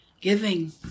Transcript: Giving